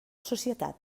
societat